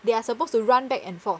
they are supposed to run back and forth